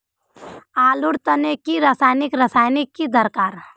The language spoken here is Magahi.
आलूर तने की रासायनिक रासायनिक की दरकार?